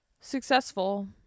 successful